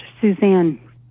Suzanne